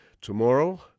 Tomorrow